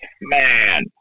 man